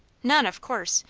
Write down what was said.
none, of course!